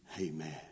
Amen